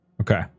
Okay